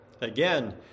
Again